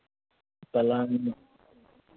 पलंग